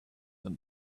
them